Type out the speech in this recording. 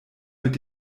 mit